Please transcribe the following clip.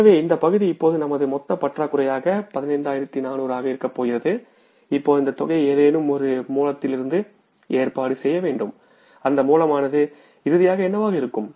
எனவே இந்த பகுதி இப்போது நமது மொத்த பற்றாக்குறையாக 15400 ஆக இருக்கப்போகிறது இப்போது இந்த தொகையை ஏதேனும் ஒரு மூலத்திலிருந்து ஏற்பாடு செய்ய வேண்டும் அந்த மூலமானது இறுதியாக என்னவாக இருக்கும்